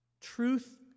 truth